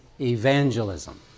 evangelism